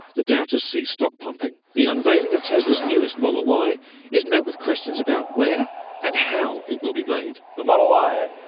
the doubters see stock pumping. the unveiling of tesla's newest model y is met with questions about where and how it will be made. the model y